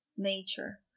nature